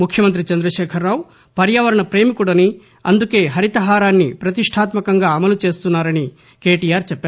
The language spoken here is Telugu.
ముఖ్యమంతి చంద్రశేఖర్ రావు పర్యావరణ పేమికుడని అందుకే హరితహారాన్ని పతిష్టాత్మకంగా అమలు చేస్తున్నారని కెటిఆర్ చెప్పారు